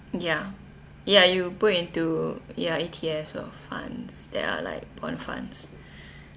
ya ya you put into ya E_T_F or funds that are like bond funds